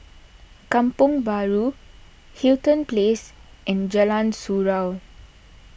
Kampong Bahru Hamilton Place and Jalan Surau